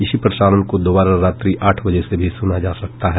इसी प्रसारण को दोबारा रात्रि आठ बजे से भी सुना जा सकता है